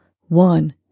one